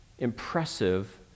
impressive